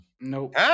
Nope